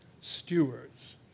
stewards